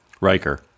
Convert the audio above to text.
Riker